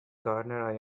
gardener